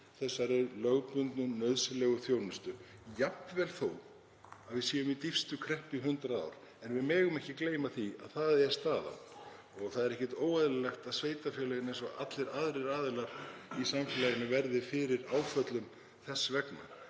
undir lögbundinni nauðsynlegri þjónustu, jafnvel þó að við séum í dýpstu kreppu í 100 ár. Við megum ekki gleyma því að það er staðan. Það er ekkert óeðlilegt að sveitarfélögin, eins og allir aðrir í samfélaginu, verði fyrir áföllum þess vegna.